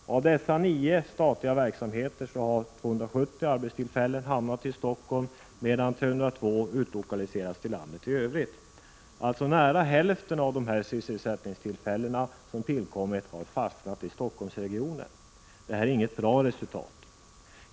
Inom dessa nio statliga verksamheter har 270 arbetstillfällen hamnat i Stockholm, medan 302 utlokaliserats till landet i övrigt. Alltså har nära hälften av de sysselsättningstillfällen som tillkommit stannat i Stockholmsregionen. Det är inget bra resultat.